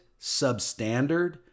substandard